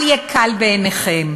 אל יקל בעיניכם.